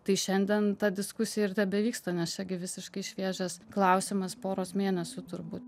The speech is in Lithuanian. tai šiandien ta diskusija ir tebevyksta nes čia gi visiškai šviežias klausiamas poros mėnesių turbūt